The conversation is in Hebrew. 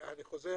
אני חוזר